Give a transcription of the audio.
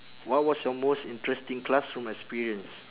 what was your most interesting classroom experience